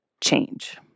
change